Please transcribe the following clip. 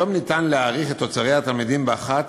היום אפשר להעריך את תוצרי התלמידים באחת